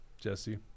Jesse